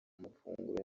amafunguro